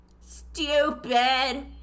Stupid